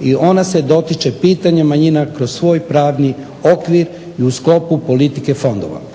i ona su dotiče pitanja manjina kroz svoj pravni okvir i u sklopu politike fondova.